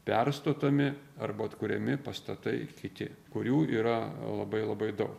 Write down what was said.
perstatomi arba atkuriami pastatai kiti kurių yra labai labai daug